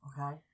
Okay